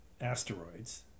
Asteroids